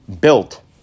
built